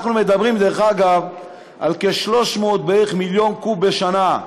אנחנו מדברים, דרך אגב, על כ-300 מיליון קוב בשנה.